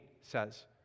says